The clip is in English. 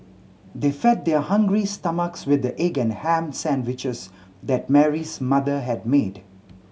they fed their hungry stomachs with the egg and ham sandwiches that Mary's mother had made